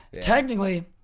Technically